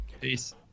Peace